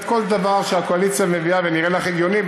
כל דבר שהקואליציה מביאה ונראה לך הגיוני,